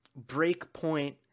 breakpoint